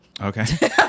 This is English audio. Okay